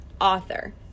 author